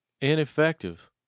ineffective